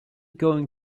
going